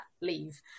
leave